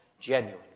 genuine